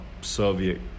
Soviet